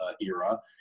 era